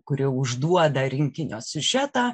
kuri užduoda rinkinio siužetą